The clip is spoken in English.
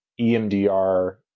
EMDR